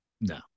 No